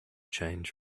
change